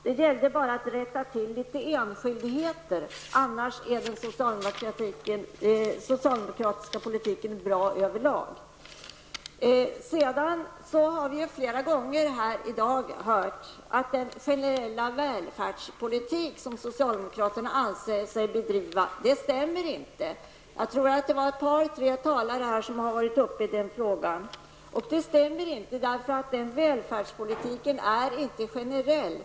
Det gällde bara att rätta till några enskildheter, annars är den socialdemokratiska politiken bra överlag. Vi har här i dag flera gånger hört att den generella välfärdspolitik som socialdemokraterna anser sig bedriva inte stämmer med verkligheten. Jag tror att två tre talare har varit uppe i den frågan. Det stämmer inte att denna välfärdspolitik är generell.